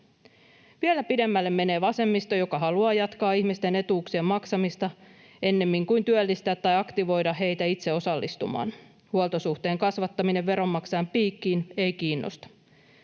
Vielä pidemmälle mene vasemmisto, joka haluaa jatkaa ihmisten etuuksien maksamista ennemmin kuin työllistää tai aktivoida heitä itse osallistumaan. Huoltosuhteen kasvattaminen veronmaksajan piikkiin ei kiinnosta.